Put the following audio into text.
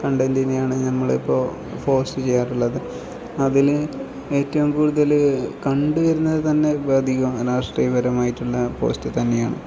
കണ്ടൻറ്റിനെയാണ് ഞങ്ങൾ ഇപ്പോൾ പോസ്റ്റ് ചെയ്യാറുള്ളത് അതിൽ ഏറ്റവും കൂടുതൽ കണ്ടുവരുന്നത് തന്നെ ഇപ്പം അധികം രാഷ്ട്രീയപരമായിട്ടുള്ള പോസ്റ്റ് തന്നെയാണ്